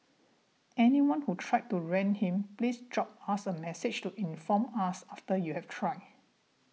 anyone who tried to rent him please drop us a message to inform us after you've tried